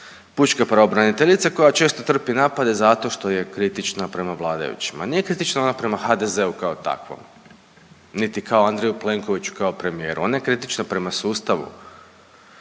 pučka pravobraniteljica koja često trpi napade zato što je kritična prema vladajućima, nije kritična ona prema HDZ-u kao takvom, niti kao Andreju Plenkoviću kao premijeru, ona je kritična prema sustavu